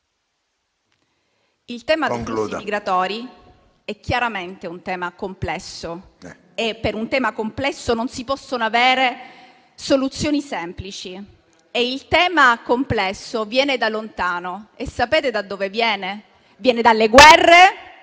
il tema dei flussi migratori è chiaramente complesso e per un tema complesso non si possono avere soluzioni semplici. Ed è un tema complesso che viene da lontano. Sapete da dove viene? Viene dalle guerre